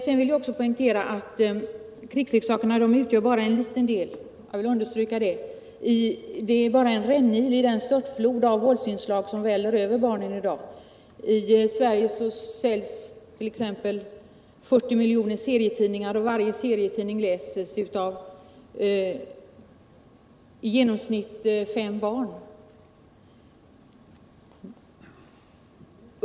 Jag vill också poängtera att krigsleksakerna bara utgör en liten del, en rännil iden störtflod av våldsinslag som väller över barnen i dag. I Sverige säljs t.ex. 40 miljoner serietidningar och varje serietidning läses av i genomsnitt fem barn.